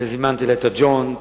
זימנתי אלי את ה"ג'וינט",